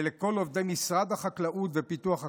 ולכל עובדי משרד החקלאות ופיתוח הכפר,